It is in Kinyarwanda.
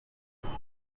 black